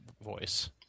voice